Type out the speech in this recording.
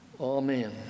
Amen